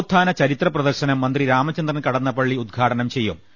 നവോത്ഥാന ചരിത്ര പ്രദർശനം മന്ത്രി രാമചന്ദ്രൻ കടന്നപള്ളി ഉദ്ഘാടനം ചെയ്യും